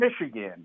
Michigan